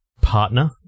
partner